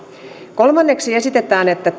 kolmanneksi esitetään että